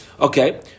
Okay